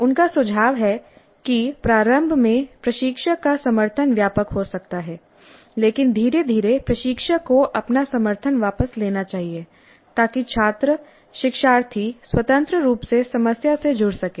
उनका सुझाव है कि प्रारंभ में प्रशिक्षक का समर्थन व्यापक हो सकता है लेकिन धीरे धीरे प्रशिक्षक को अपना समर्थन वापस लेना चाहिए ताकि छात्रशिक्षार्थी स्वतंत्र रूप से समस्या से जुड़ सकें